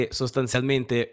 sostanzialmente